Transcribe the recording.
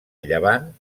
llevant